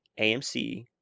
AMC